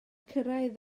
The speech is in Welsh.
cyrraedd